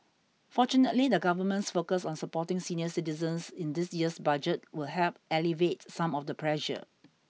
fortunately the government's focus on supporting senior citizens in this year's budget will help alleviate some of the pressure